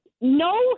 no